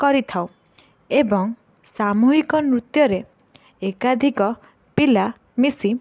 କରିଥାଉ ଏବଂ ସାମୂହିକ ନୃତ୍ୟରେ ଏକାଧିକ ପିଲା ମିଶି